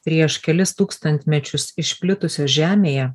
prieš kelis tūkstantmečius išplitusios žemėje